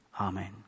Amen